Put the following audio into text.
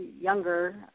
younger